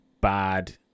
bad